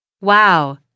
Wow